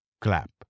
clap